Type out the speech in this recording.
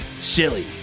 silly